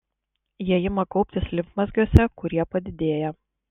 jie ima kauptis limfmazgiuose kurie padidėja